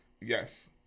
Yes